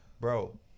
bro